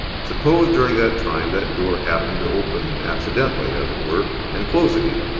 suppose, during that time, that door happened to open accidentally, as it were, and close again?